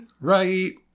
right